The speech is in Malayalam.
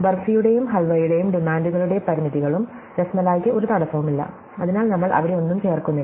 ബർഫിയുടെയും ഹൽവയുടെയും ഡിമാൻഡുകളുടെ പരിമിതികളും രസ്മലയ്ക്ക് ഒരു തടസ്സവുമില്ല അതിനാൽ നമ്മൾ അവിടെ ഒന്നും ചേർക്കുന്നില്ല